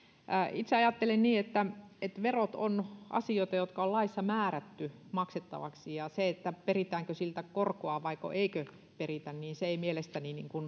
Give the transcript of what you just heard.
itse ajattelen niin että että verot ovat asioita jotka on laissa määrätty maksettaviksi ja se peritäänkö siitä korkoa vai eikö peritä ei mielestäni